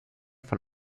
von